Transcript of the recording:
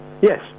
Yes